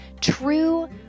true